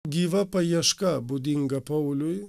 gyva paieška būdinga pauliui